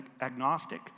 agnostic